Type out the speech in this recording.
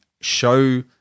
show